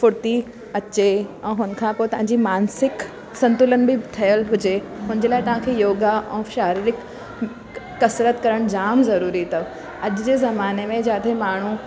फुर्ती अचे ऐं हुन खां पोइ तव्हांजी मानसिक संतुलन बि ठहियलु हुजे हुन जे लाइ तव्हांखे योगा ऐं शारीरिक कसरत करणु जाम ज़रूरी अथव अॼ जे ज़माने में जिते माण्हू